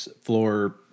floor